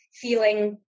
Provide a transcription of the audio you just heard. feeling